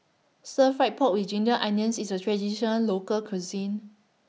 Stir Fried Pork with Ginger Onions IS A Traditional Local Cuisine